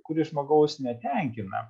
kuri žmogaus netenkina